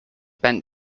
bent